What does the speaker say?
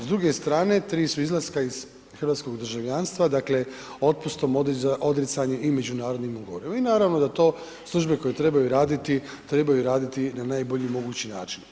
S druge strane, 3 su izlaska iz hrvatskog državljanstva, dakle, otpustom, odricanjem i međunarodnim ugovorom i naravno da to službe koje trebaju raditi, trebaju raditi na najbolji mogući način.